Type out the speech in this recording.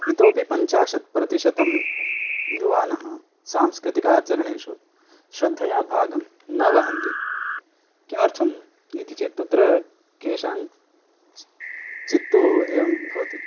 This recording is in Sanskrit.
इतोऽपि पञ्चाशत् प्रतिशतं युवानः सांस्कृतिक आचरणेषु श्रद्धया भागं न वहन्ति किमर्थम् इति चेत् तत्र केषाञ्चित्तु एवं भवति